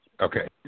Okay